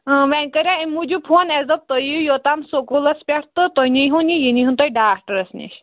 اۭں ؤنۍ کَرےٚ یِم موٗجوٗب فون اَسہٕ دَپیو تُہۍ یِیِو یوتام سَکوٗلس پٮ۪ٹھ تہٕ تُہۍ نِیہٛونۍ یہِ یہِ نِیہٛونۍ تُہۍ ڈاکٹرس نِش